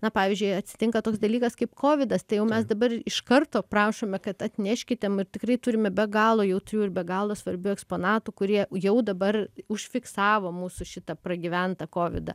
na pavyzdžiui atsitinka toks dalykas kaip kovidas tai jau mes dabar iš karto prašome kad atneškite ir tikrai turime be galo jautrių ir be galo svarbių eksponatų kurie jau dabar užfiksavo mūsų šitą pragyventą kovidą